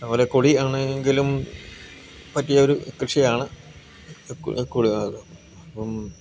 അതുപോലെ കൊടി ആണ് എങ്കിലും പറ്റിയ ഒരു കൃഷിയാണ് അപ്പം